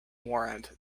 warrant